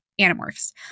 Animorphs